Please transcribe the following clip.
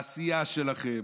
בעשייה שלכם,